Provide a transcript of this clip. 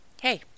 hey